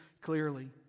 clearly